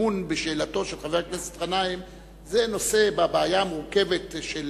שטמון בשאלתו של חבר הכנסת גנאים זה נושא בבעיה המורכבת של